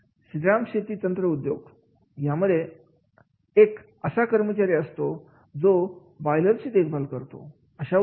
श्री राम शेती तंत्र उद्योग यामध्ये एक असा कर्मचारी असतो जो बॉयलरची देखभाल करतो